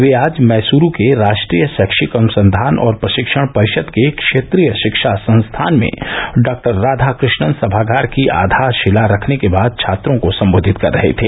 वे आज मैसूरू के राष्ट्रीय शैक्षिक अनुसंधान और प्रशिक्षण परिषद के क्षेत्रीय शिक्षा संस्थान में डॉ राधाकृष्णन सभागार की आधारशिला रखने के बाद छात्रो को संबोधित कर रहे थे